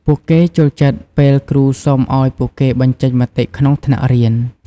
ពួកគេចូលចិត្តពេលគ្រូសុំឱ្យពួកគេបញ្ចេញមតិក្នុងថ្នាក់រៀន។